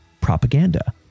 propaganda